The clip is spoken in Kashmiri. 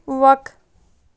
وَق